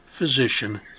physician